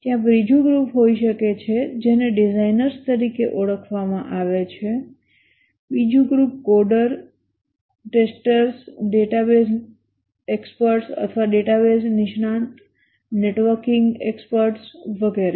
ત્યાં બીજો ગ્રુપ હોઈ શકે છે જેને ડિઝાઇનર્સ તરીકે ઓળખવામાં આવે છે બીજો ગ્રુપ કોડરો પરીક્ષકો ડેટાબેઝ નિષ્ણાતો નેટવર્કિંગ નિષ્ણાતો વગેરે